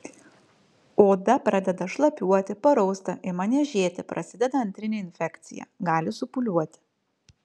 oda pradeda šlapiuoti parausta ima niežėti prasideda antrinė infekcija gali supūliuoti